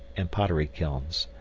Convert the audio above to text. and pottery kilns.